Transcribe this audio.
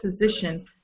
position